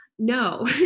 No